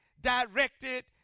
directed